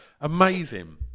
amazing